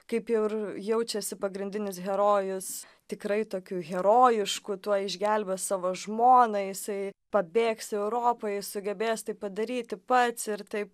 kaip jau ir jaučiasi pagrindinis herojus tikrai tokių herojiškų tuoj išgelbės savo žmoną jisai pabėgs į europą jis sugebės tai padaryti pats ir taip